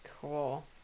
cool